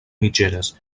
mitgeres